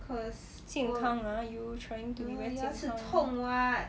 健康啊 you trying to be very 健康